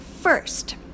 First